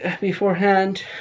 beforehand